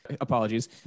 Apologies